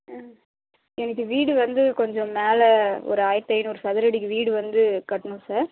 ஆ எனக்கு வீடு வந்து கொஞ்சம் மேலே ஒரு ஆயிரத்து ஐந்நூறு சதுர அடிக்கு வீடு வந்து கட்டணும் சார்